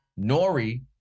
nori